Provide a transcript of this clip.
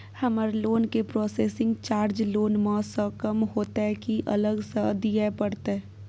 हमर लोन के processing charge loan म स कम होतै की अलग स दिए परतै?